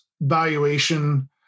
valuation